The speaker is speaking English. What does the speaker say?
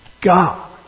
God